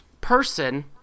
person